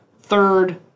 Third